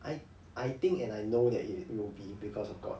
I I think and I know that it'll it'll be because of god